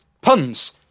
puns